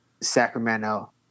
Sacramento